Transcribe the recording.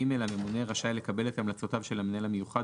(ג)הממונה רשאי לקבל את המלצותיו של המנהל המיוחד,